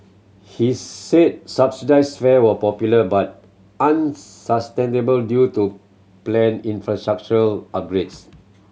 he said subsidised fare were popular but unsustainable due to planned infrastructural upgrades